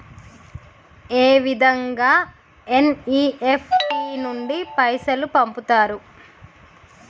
ఏ విధంగా ఎన్.ఇ.ఎఫ్.టి నుండి పైసలు పంపుతరు?